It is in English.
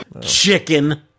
Chicken